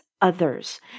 others